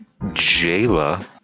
Jayla